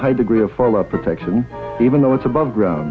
high degree of follow up protection even though it's above ground